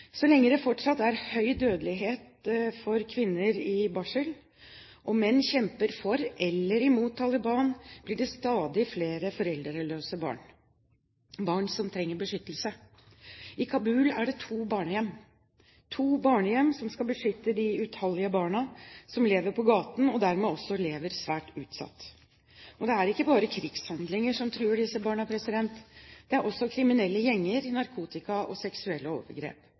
Så lenge det fortsatt er høy dødelighet for kvinner i barsel og menn kjemper for eller imot Taliban, blir det stadig flere foreldreløse barn – barn som trenger beskyttelse. I Kabul er det to barnehjem – to barnehjem – som skal beskytte de utallige barna som lever på gaten, og som dermed også lever svært utsatt. Det er ikke bare krigshandlinger som truer disse barna. Det er også kriminelle gjenger, narkotika og seksuelle overgrep.